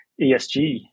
ESG